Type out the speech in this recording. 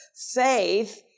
Faith